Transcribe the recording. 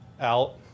out